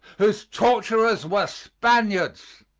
whose torturers were spaniards.